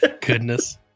Goodness